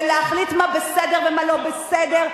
ולהחליט מה בסדר ומה לא בסדר,